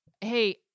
hey